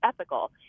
ethical